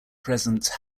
presence